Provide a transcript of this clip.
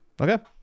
Okay